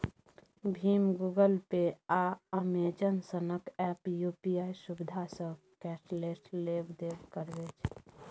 भीम, Google Pay, आ Amazon सनक app UPI सुविधासँ कैशलेस लेब देब करबै छै